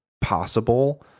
possible